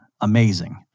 amazing